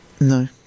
No